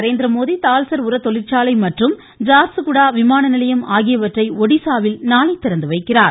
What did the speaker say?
நரேந்திரமோதி தால்சர் உர தொழிற்சாலை மற்றும் ஜார்ஸுகுடா விமான நிலையம் ஆகியவற்றை ஒடிசாவில் நாளை திறந்து வைக்கிறார்